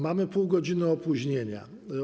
Mamy półgodzinne opóźnienie.